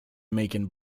making